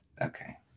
okay